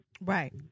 Right